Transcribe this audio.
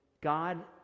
God